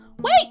Wait